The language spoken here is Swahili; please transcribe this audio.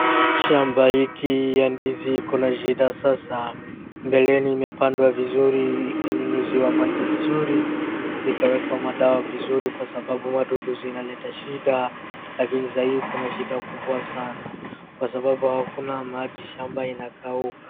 Shamba hiki ya ndizi iko na shida sasa. Mbeleni imepandwa vizuri, ikanyunyuziwa maji vizuri, zikawekwa madawa vizuri kwa sababu wadudu zinaleta shida. Lakini saa hii kuna shida kubwa sana, kwa sababu hakuna maji shamba inakauka.